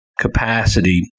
capacity